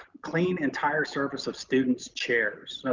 clean entire surface of students chairs.